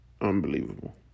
unbelievable